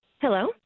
Hello